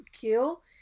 kill